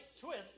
twist